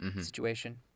situation